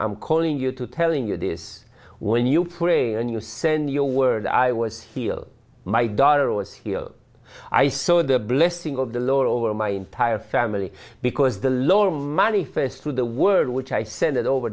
am calling you to telling you this when you pray and you send your word i was healed my daughter was here i saw the blessing of the lord over my entire family because the lower money first to the word which i sent it over